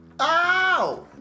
Ow